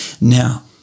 now